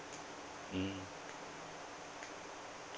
mm